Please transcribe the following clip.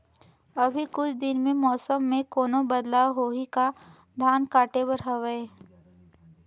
अभी कुछ दिन मे मौसम मे कोनो बदलाव होही का? धान काटे बर हवय?